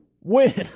win